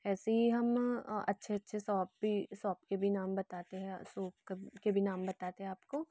ऐसी ही हम अच्छे अच्छे सॉप भी सॉप के भी नाम बताते हैं सोप क के नाम बताते हैं आपको